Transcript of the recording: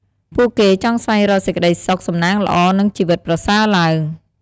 ពួកគេចង់ស្វែងរកសេចក្ដីសុខ សំណាងល្អ និងជីវិតប្រសើរឡើង។